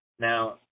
Now